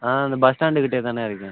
ஆ இந்த bus stand கிட்டே தாண்ண இருக்கேன்